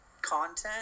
content